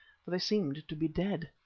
for they seemed to be dead.